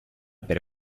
per